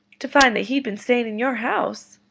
to find that he'd been staying in your house.